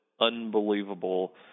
unbelievable